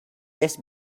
less